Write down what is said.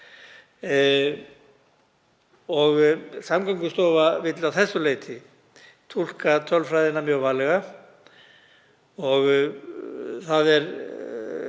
Samgöngustofa vill að þessu leyti túlka tölfræðina mjög varlega og það er